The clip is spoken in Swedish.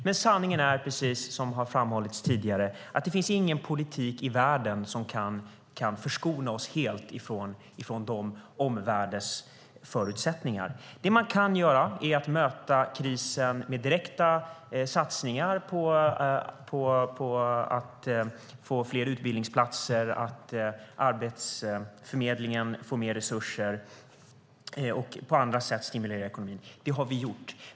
Men sanningen är, precis som framhållits tidigare, att det inte finns någon politik i världen som kan förskona oss helt från omvärldsförutsättningarna. Det man kan göra är att möta krisen med direkta satsningar på fler utbildningsplatser, ge Arbetsförmedlingen mer resurser och på andra sätt stimulera ekonomin. Det har vi gjort.